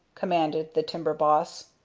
commanded the timber boss.